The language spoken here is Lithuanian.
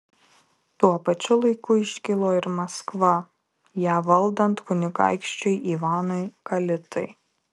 tuo pačiu laiku iškilo ir maskva ją valdant kunigaikščiui ivanui kalitai